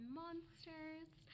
monsters